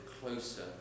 closer